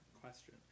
question